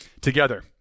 together